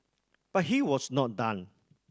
but he was not done